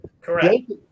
Correct